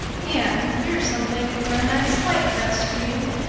anne, here's something for a nice light dress for you.